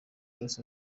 ross